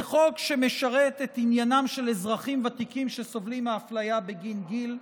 זה חוק שמשרת את עניינם של אזרחים ותיקים שסובלים מאפליה בגין גיל,